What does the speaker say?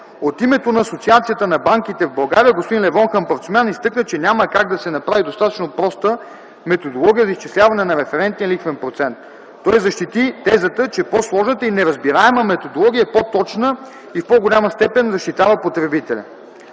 От името на Асоциацията на банките в България господин Левон Хампарцумян изтъкна, че няма как да се направи достатъчно проста методология за изчисляване на референтния лихвен процент. Той защити тезата, че по-сложната и неразбираема методология е по-точна и в по-голяма степен защитава потребителя.